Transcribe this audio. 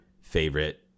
favorite